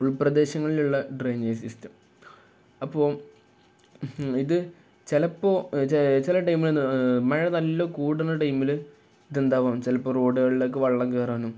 ഉൾപ്രദേശങ്ങളിലുള്ള drainage system അപ്പോള് ഇതു ചിലപ്പോള് ചില ടൈമില് മഴ നല്ല കൂടുന്ന ടൈമില് ഇതെന്താവാം ചിലപ്പോള് റോഡുകളിലേക്കു വെള്ളം കയറാനും